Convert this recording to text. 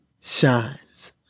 shines